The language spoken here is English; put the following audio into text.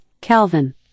Calvin